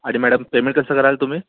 आणि madam payment कसं कराल तुम्ही